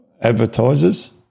advertisers